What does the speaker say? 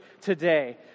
today